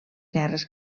guerres